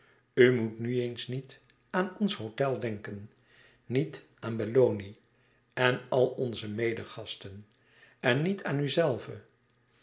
moet nu eens niet aan ons hôtel denken niet aan belloni en al onze medegasten en niet aan uzelve